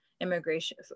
immigration